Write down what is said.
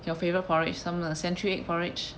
your favourite porridge some of the century egg porridge